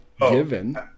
Given